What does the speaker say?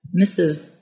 Mrs